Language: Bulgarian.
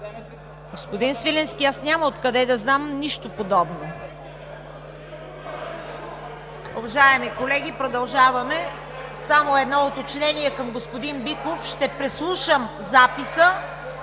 Господин Свиленски, аз няма откъде да знам нищо подобно.